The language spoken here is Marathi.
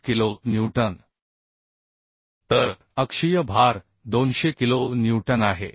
8 किलो न्यूटन तर अक्षीय भार 200 किलो न्यूटन आहे